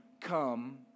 come